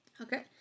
Okay